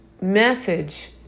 message